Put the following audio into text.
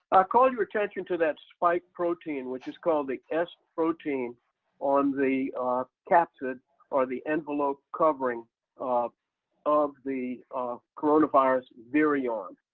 call your attention to that spike protein, which is called the s protein on the capsid or the envelope covering of of the coronavirus virion,